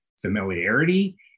familiarity